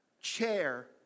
chair